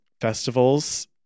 Festivals